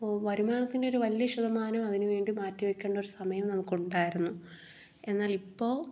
വരുമാനത്തിൻ്റെ ഒരു വലിയ ശതമാനവും അതിന് വേണ്ടി മാറ്റി വയ്ക്കേണ്ട ഒരു സമയം നമുക്കുണ്ടായിരുന്നു എന്നാലിപ്പോൾ